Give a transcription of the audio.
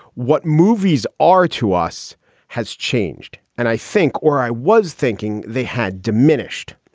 what movies are to us has changed. and i think or i was thinking they had diminished.